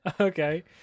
Okay